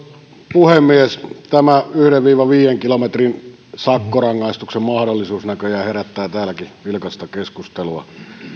puhemies tämä yhden viiva viiden kilometrin sakkorangaistuksen mahdollisuus näköjään herättää täälläkin vilkasta keskustelua